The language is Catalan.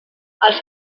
els